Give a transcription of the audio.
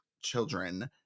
children